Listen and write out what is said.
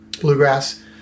bluegrass